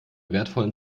wertvollen